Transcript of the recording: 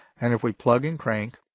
and if we plug in crank,